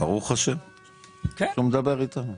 ברוך השם שהוא מדבר איתנו,